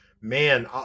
Man